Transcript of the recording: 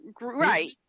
right